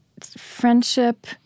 friendship